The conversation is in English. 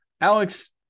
Alex